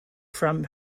from